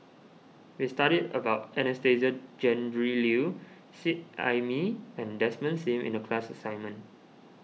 we studied about Anastasia Tjendri Liew Seet Ai Mee and Desmond Sim in the class assignment